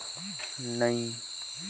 कोई समान के भी बीमा कर सकथव का?